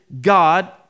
God